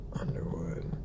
Underwood